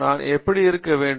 நான் எப்படி இருக்க வேண்டும்